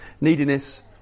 neediness